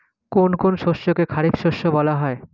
কোন কোন শস্যকে খারিফ শস্য বলা হয়?